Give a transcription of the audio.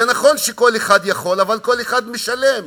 זה נכון שכל אחד יכול, אבל כל אחד משלם.